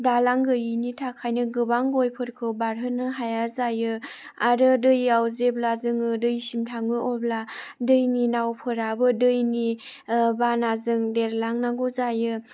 दालां गैयिनि थाखायनो गोबां गयफोरखौ बारहोनो हाया जायो आरो दैयाव जेब्ला जोङो दैसिम थाङो अब्ला दैनि नावफोराबो दैनि बानाजों देरलांनांगौ जायो